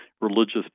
religious